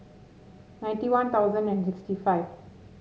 ninety One Thousand and sixty five